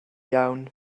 iawn